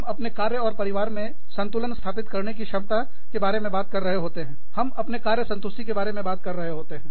हम अपने कार्य और परिवार में संतुलन स्थापित करने की क्षमता के बारे में बात कर रहे होते हैंहम अपने कार्य संतुष्टि के बारे में बात कर रहे होते हैं